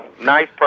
Nice